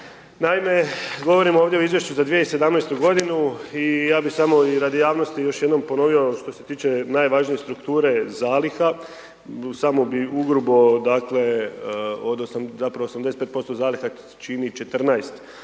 Naime govorim ovdje u izvješću za 2017. godinu i ja bih samo i radi javnosti još jednom ponovio što se tiče najvažnije strukture zaliha. Samo bih ugrubo dakle zapravo 85% zaliha čini 14